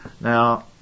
Now